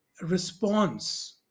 response